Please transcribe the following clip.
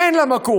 אין לה מקום.